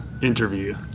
interview